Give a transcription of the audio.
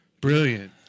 Brilliant